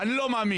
אני לא מאמין.